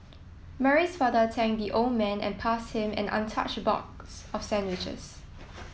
Mary's father thanked the old man and passed him an untouched box of sandwiches